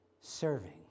serving